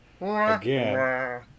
again